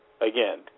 again